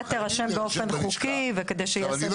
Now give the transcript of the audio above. תירשם באופן חוקי וכדי שייעשה ביקור בית.